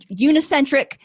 unicentric